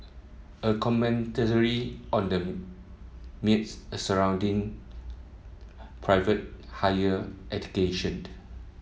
a commentary on the myths surrounding private higher education